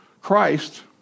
Christ